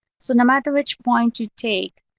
so no matter which point you take,